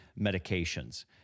medications